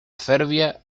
serbia